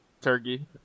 turkey